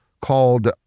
called